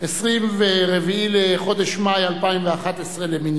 24 בחודש מאי 2011 למניינם.